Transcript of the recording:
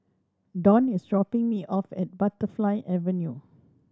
Donn is dropping me off at Butterfly Avenue